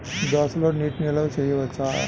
దోసలో నీటి నిల్వ చేయవచ్చా?